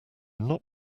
not